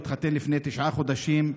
הוא התחתן לפני תשעה חודשים,